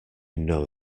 know